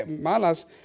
malas